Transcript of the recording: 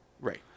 Right